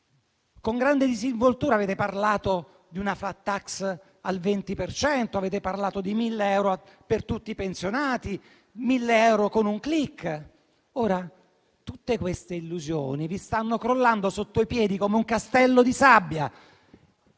Con grande disinvoltura avete parlato di una *flat tax* al 20 per cento, avete parlato di 1.000 euro per tutti i pensionati, 1.000 euro con un *clic*. Ora tutte queste illusioni vi stanno crollando sotto i piedi come un castello di sabbia